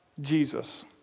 Jesus